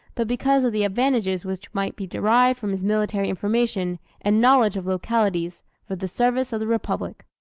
but because of the advantages which might be derived from his military information and knowledge of localities, for the service of the republic.